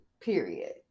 period